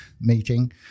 meeting